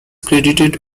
credited